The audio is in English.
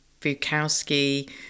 Bukowski